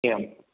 एवं